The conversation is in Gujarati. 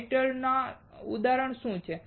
મેટલ નાં ઉદાહરણો શું છે